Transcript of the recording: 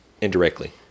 indirectly